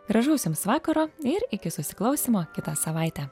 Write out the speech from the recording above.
gražaus jums vakaro ir iki susiklausymo kitą savaitę